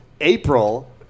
April